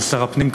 של שר הפנים,